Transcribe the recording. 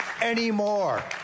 anymore